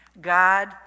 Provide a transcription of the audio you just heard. God